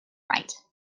right